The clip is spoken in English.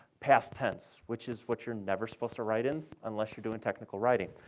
past-tense, which is what you're never supposed to write in, unless you're doing technical writing.